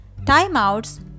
timeouts